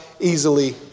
easily